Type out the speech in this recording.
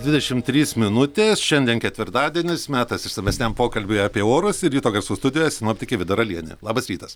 dvidešim trys minutės šiandien ketvirtadienis metas išsamesniam pokalbiui apie orus ir ryto garsų studijoje sinoptikė vida ralienė labas rytas